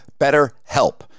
BetterHelp